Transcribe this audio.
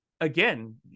again